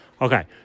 Okay